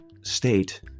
state